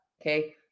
Okay